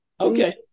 Okay